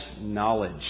knowledge